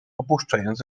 opuszczając